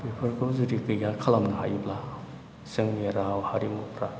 बेफोरखौ जुदि गैया खालामनो हायोब्ला जोंनि राव हारिमुफोरा